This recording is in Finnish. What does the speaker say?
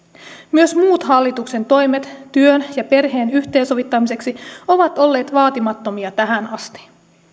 myös muut hallituksen toimet työn ja perheen yhteensovittamiseksi ovat olleet vaatimattomia tähän asti